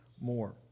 more